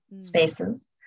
spaces